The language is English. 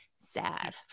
sad